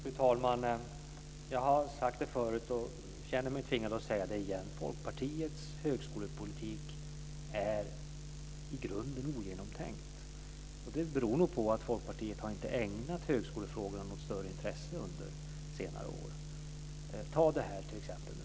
Fru talman! Jag har tidigare sagt, och jag känner mig tvingad att säga det igen, att Folkpartiets högskolepolitik i grunden är ogenomtänkt. Och det beror nog på att Folkpartiet inte har ägnat högskolefrågorna något större intresse under senare år. Ta t.ex. detta med forskarutbildningen.